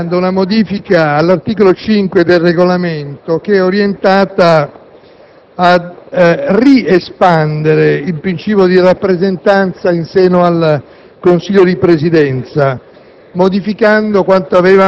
stiamo esaminando una modifica all'articolo 5 del Regolamento che è orientata a riespandere il principio di rappresentanza in seno al Consiglio di Presidenza,